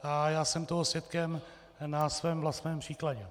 A já jsem toho svědkem na svém vlastním příkladě.